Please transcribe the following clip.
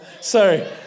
Sorry